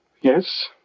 Yes